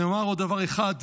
אני אומר עוד דבר אחד.